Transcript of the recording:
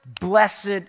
blessed